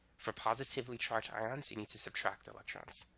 for positively charged ions, you need to subtract the electrons.